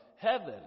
heaven